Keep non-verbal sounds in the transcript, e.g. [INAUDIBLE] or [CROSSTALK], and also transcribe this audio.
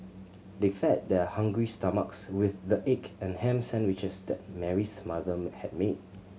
they fed their hungry stomachs with the egg and ham sandwiches that Mary's mother [UNINTELLIGIBLE] had made